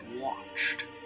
watched